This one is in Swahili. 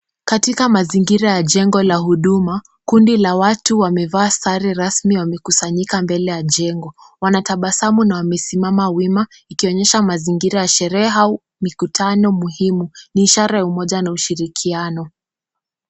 Katika mazingira ya jengo la huduma kundi la watu wamevaa sare rasmi wamekusanyika mbele ya jengo, wanatabasamu na wamesimama wima ikionyesha mazingira ya sherehe au mikutano muhimu ni inashara umoja na ushirikiano.